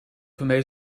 waarmee